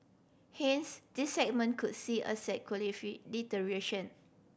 hence this segment could see asset